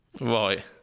Right